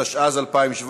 התשע"ז 2017,